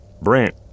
Brant